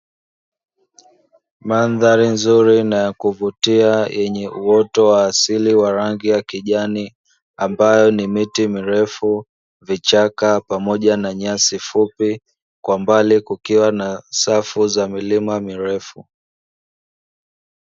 Mandhari nzuri na ya kuvutia yenye uoto wa asili wa rangi ya kijani ambayo ni miti mirefu, vichaka pamoja na nyasi fupi kwa mbali kukiwa na safu za milima mirefu.